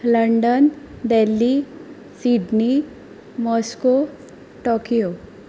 London Delhi Sydney Moscow Tokyo